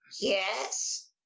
Yes